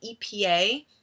EPA